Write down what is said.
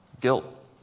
guilt